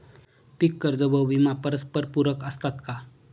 पीक कर्ज व विमा परस्परपूरक असतात का?